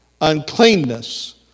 uncleanness